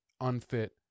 unfit